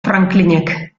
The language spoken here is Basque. franklinek